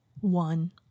one